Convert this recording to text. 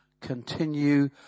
continue